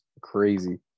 crazy